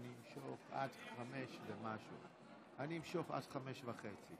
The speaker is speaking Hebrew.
כנסת נכבדה, אני רוצה לספר לכם איזו הצעה פשוטה,